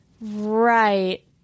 Right